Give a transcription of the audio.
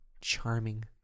charming